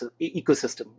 ecosystem